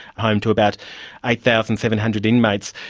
home to about eight thousand seven hundred inmates,